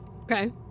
Okay